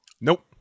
Nope